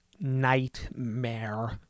nightmare